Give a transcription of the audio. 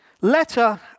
Letter